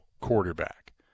quarterback